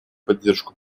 поддержку